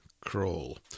crawl